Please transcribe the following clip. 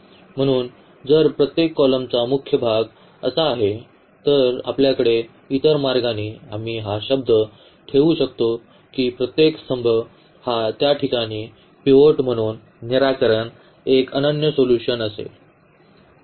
म्हणून जर प्रत्येक कॉलमचा मुख्य भाग असा आहे तर आपल्याकडे इतर मार्गांनी आम्ही हा शब्द ठेवू शकतो की प्रत्येक स्तंभ हा त्या ठिकाणी पिव्होट म्हणून निराकरण एक अनन्य सोल्यूशन असेल